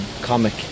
comic